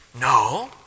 No